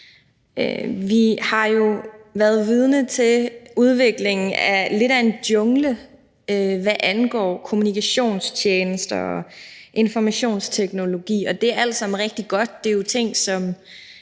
Vi har jo været vidne til udviklingen af lidt af en jungle, hvad angår kommunikationstjenester og informationsteknologi. Det er alt sammen rigtig godt.